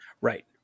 Right